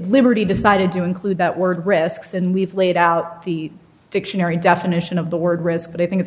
liberty decided to include that word risks and we've laid out the dictionary definition of the word risk but i think it's